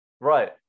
Right